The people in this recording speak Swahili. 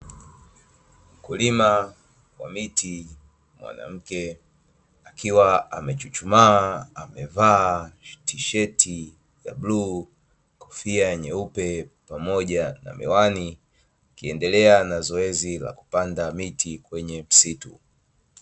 Mkulima wa miti mwanamke, akiwa amechuchumaa amevaa fulana ya bluu, kofia nyeupe pamoja na miwani, akiendelea na zoezi la kupanda miti kwenye msitu.